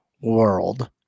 world